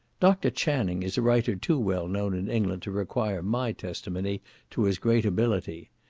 dr. channing is a writer too well known in england to require my testimony to his great ability.